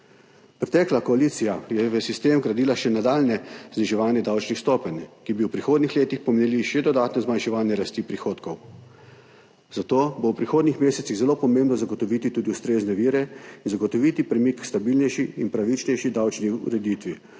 Pretekla koalicija je v sistem vgradila še nadaljnje zniževanje davčnih stopenj, ki bi v prihodnjih letih pomenilo še dodatno zmanjševanje rasti prihodkov, zato bo v prihodnjih mesecih zelo pomembno zagotoviti tudi ustrezne vire in zagotoviti premik k stabilnejši in pravičnejši davčni ureditvi,